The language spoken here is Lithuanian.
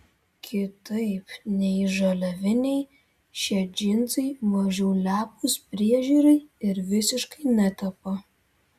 kitaip nei žaliaviniai šie džinsai mažiau lepūs priežiūrai ir visiškai netepa